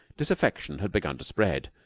disaffection had begun to spread,